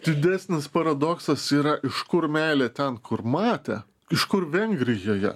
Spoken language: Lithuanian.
didesnis paradoksas yra iš kur meilė ten kur matė iš kur vengrijoje